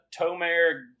Tomer